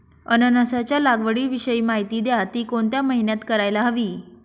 अननसाच्या लागवडीविषयी माहिती द्या, ति कोणत्या महिन्यात करायला हवी?